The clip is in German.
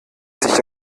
sich